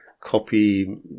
Copy